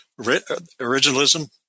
originalism